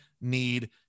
need